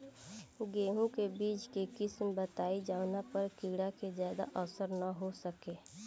गेहूं के बीज के किस्म बताई जवना पर कीड़ा के ज्यादा असर न हो सके?